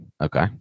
Okay